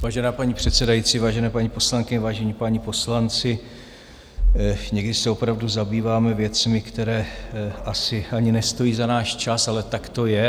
Vážená paní předsedající, vážené paní poslankyně, vážení páni poslanci, někdy se opravdu zabýváme věcmi, které asi ani nestojí za náš čas, ale tak to je.